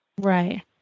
Right